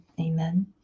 amen